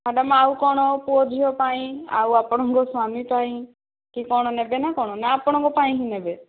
madam ଆଉ କଣ ପୁଅ ଝିଅ ପାଇଁ ଆଉ ଆପଣଙ୍କ ସ୍ୱାମୀ ଙ୍କ ପାଇଁ କି କଣ ନେବେ ନା କଣ ନା ଆପଣଙ୍କ ପାଇଁ ହିଁ ନେବେ